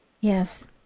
yes